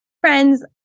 Friends